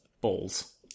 Balls